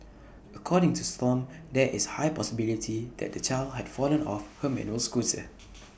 according to stomp there is A high possibility that the child had fallen off her manual scooser